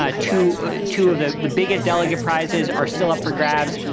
ah two two of the the biggest delegate prizes are still up for grabs,